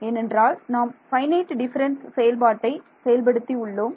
ஏனென்றால் என்றால் நாம் ஃபைனைட் டிஃபரன்ஸ் செயல்பாட்டை செயல்படுத்தி உள்ளோம்